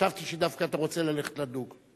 חשבתי שדווקא אתה רוצה ללכת לדוג.